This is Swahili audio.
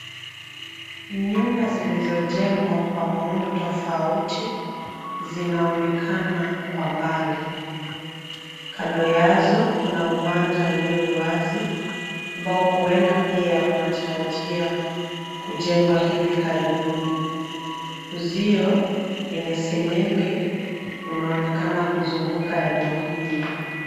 Nyumba zilizojengwa kwa muundo tofauti zinaonekana kwa mbali. Kando yazo kuna uwanja ulio wazi ambao huenda pia una tarajia kujengwa hivi karibuni. Uzio wenye sengenge unaonekana kuzunguka eneo hili.